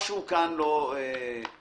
משהו כאן לא בסדר.